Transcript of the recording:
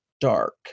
dark